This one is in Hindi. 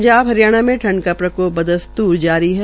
पंजाब हरियाणा में ठंड का प्रकोप बदस्त्र जारी है